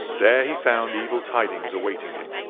there he found evil tidings awaiting him.